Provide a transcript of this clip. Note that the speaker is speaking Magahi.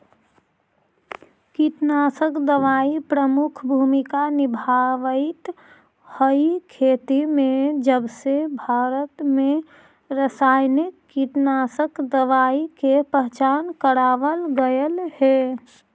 कीटनाशक दवाई प्रमुख भूमिका निभावाईत हई खेती में जबसे भारत में रसायनिक कीटनाशक दवाई के पहचान करावल गयल हे